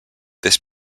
this